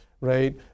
right